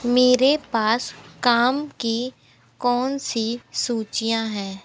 मेरे पास काम की कौन सी सूचियाँ है